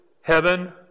heaven